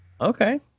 Okay